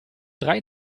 drei